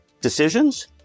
decisions